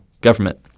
government